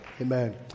Amen